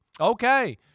Okay